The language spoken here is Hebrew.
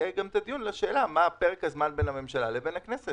יהיה גם הדיון על השאלה מהו פרק הזמן בין הממשלה לבין הכנסת